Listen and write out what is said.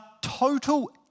total